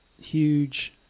huge